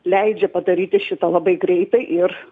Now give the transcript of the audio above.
leidžia padaryti šitą labai greitai ir